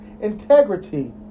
integrity